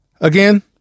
again